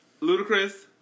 Ludacris